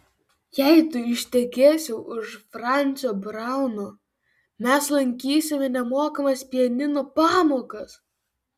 jei tu ištekėsi už francio brauno mes lankysime nemokamas pianino pamokas